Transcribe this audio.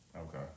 Okay